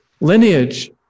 lineage